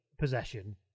possession